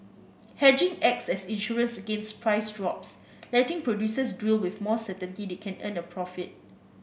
hedging acts as insurance against price drops letting producers drill with more certainty they can earn a profit